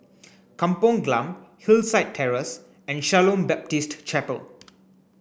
Kampong Glam Hillside Terrace and Shalom Baptist Chapel